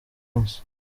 munsi